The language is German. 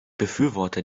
befürworte